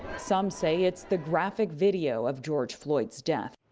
some say it's the graphic video of george floyd's death.